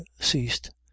ceased